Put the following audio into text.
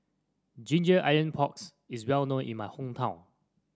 ginger onion porks is well known in my hometown